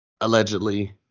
Allegedly